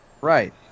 Right